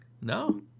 No